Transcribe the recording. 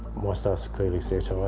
my stuff's clearly satire.